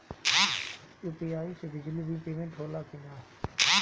UPI से बिजली bill payment होला कि न?